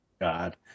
god